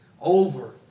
over